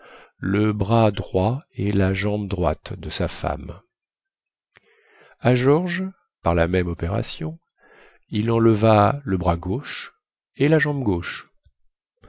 le bras droit et la jambe droite de sa femme à george par la même opération il enleva le bras gauche et la jambe gauche